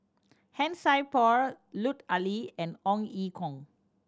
Han Sai Por Lut Ali and Ong Ye Kung